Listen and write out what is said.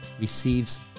receives